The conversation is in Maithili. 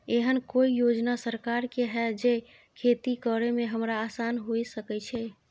एहन कौय योजना सरकार के है जै खेती करे में हमरा आसान हुए सके छै?